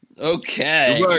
okay